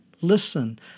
listen